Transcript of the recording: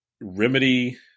Remedy